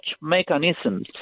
mechanisms